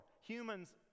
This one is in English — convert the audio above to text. humans